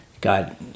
God